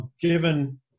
given